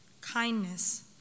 kindness